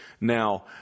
Now